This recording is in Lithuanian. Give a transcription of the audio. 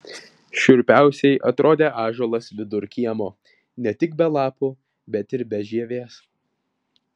šiurpiausiai atrodė ąžuolas vidur kiemo ne tik be lapų bet ir be žievės